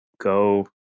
go